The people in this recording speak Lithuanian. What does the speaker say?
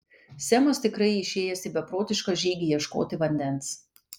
semas tikrai išėjęs į beprotišką žygį ieškoti vandens